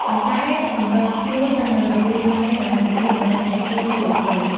ប៉ុន្តែសម្របខ្លួនទៅនឹងរបៀបរស់នៅសម័យទំនើប ដើម្បីទាក់ទាញយុវវ័យ។